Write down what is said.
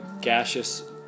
gaseous